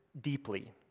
deeply